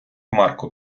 марко